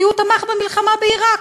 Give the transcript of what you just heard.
כי הוא תמך במלחמה בעיראק.